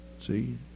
see